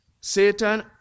Satan